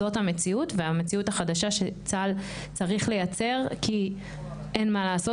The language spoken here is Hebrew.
זאת המציאות והמציאות החדשה שצהל צריך לייצר כי אין מה לעשות,